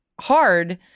hard